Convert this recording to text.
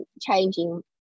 changing